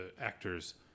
actors